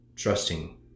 trusting